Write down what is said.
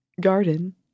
Garden